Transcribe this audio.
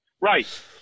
Right